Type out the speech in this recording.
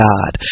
God